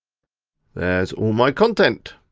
there's all my content.